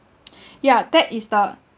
ya that is the